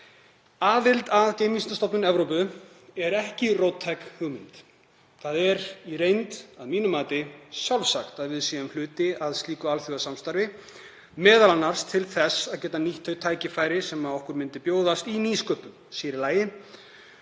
Aðild að Geimvísindastofnun Evrópu er ekki róttæk hugmynd. Það er í reynd að mínu mati sjálfsagt að við séum hluti af slíku alþjóðasamstarfi, m.a. til þess að geta nýtt þau tækifæri sem okkur myndu bjóðast í nýsköpun sér í lagi,